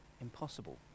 impossible